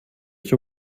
ich